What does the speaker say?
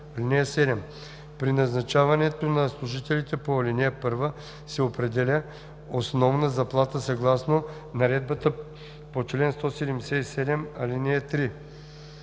(7) При назначаването на служителите по ал. 1 се определя основна заплата съгласно наредбата по чл. 177, ал. 3.